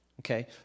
okay